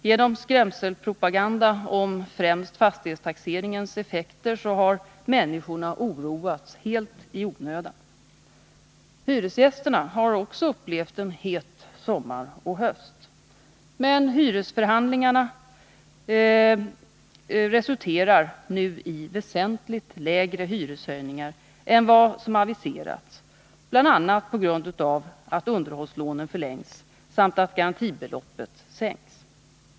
Genom skrämselpropaganda om främst fastighetstaxeringens effekter har människor oroats helt i onödan. Hyresgästerna har också upplevt en het sommar och höst. Men hyresförhandlingarna resulterar nu i väsentligt lägre hyreshöjningar än vad som har aviserats, bl.a. på grund av att underhålls lånen förlängs samt att garantibeloppet sänks.